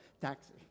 Taxi